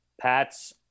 Pat's